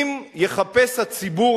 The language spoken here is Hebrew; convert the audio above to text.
אם יחפש הציבור,